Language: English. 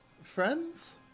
Friends